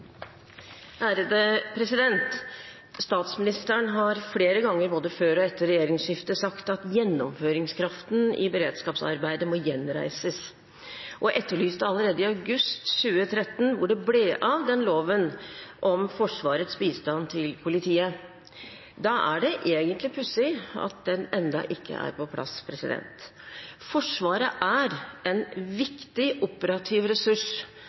Statsministeren har flere ganger, både før og etter regjeringsskiftet, sagt at gjennomføringskraften i beredskapsarbeidet må gjenreises, og etterlyste allerede i august 2013 hvor det ble av loven om Forsvarets bistand til politiet. Da er det egentlig pussig at den ennå ikke er på plass. Forsvaret er en viktig operativ ressurs